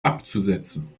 abzusetzen